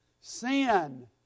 sin